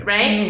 Right